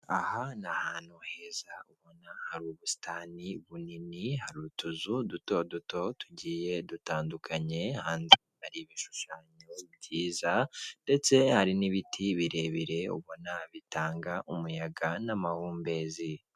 Aha ni ahantu heza ubona hari ubusitani bunini hari utuzu duto duto tugiye dutandukanyedi hari ibishushanyo byiza ndetse hari n'ibiti birebire ubona bitanga umuyaga n'amahumbezi.